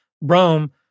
Rome